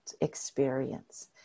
experience